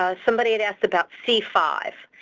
ah somebody had asked about c five,